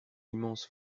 immense